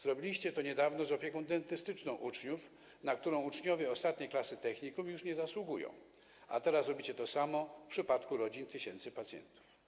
Zrobiliście to niedawno z opieką dentystyczną dotyczącą uczniów, na którą uczniowie ostatniej klasy technikum już nie zasługują, a teraz robicie to samo w przypadku rodzin tysięcy pacjentów.